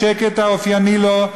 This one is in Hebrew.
בשקט האופייני לו,